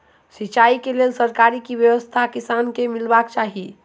सिंचाई केँ लेल सरकारी की व्यवस्था किसान केँ मीलबाक चाहि?